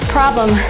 problem